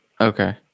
Okay